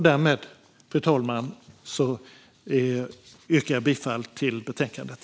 Därmed, fru talman, yrkar jag bifall till förslaget i betänkandet.